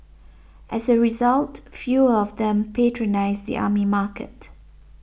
as a result fewer of them patronise the army market